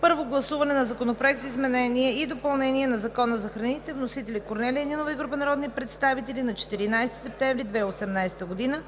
Първо гласуване на Законопроекта за изменение и допълнение на Закона за храните. Вносители са Корнелия Нинова и група народни представители на 14 септември 2018 г.“